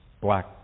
black